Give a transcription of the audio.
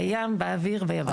בים, באוויר, ביבשה.